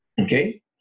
okay